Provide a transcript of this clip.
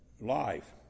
life